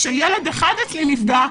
כשילד אחד אצלי נפגע,